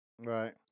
Right